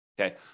Okay